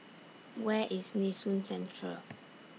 Where IS Nee Soon Central